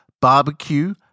barbecue